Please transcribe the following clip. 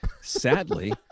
Sadly